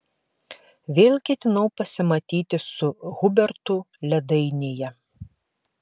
vėl ketinau pasimatyti su hubertu ledainėje